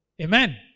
Amen